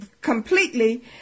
completely